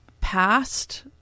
past